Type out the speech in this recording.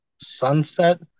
sunset